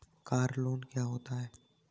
Car loan क्या होता है?